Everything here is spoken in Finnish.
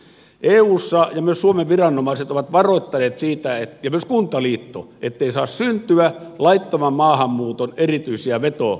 eu suomen viranomaiset ja myös kuntaliitto ovat varoittaneet siitä ettei saa syntyä laittoman maahanmuuton erityisiä vetotekijöitä